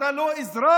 אתה לא אזרח?